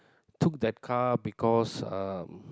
took that car because um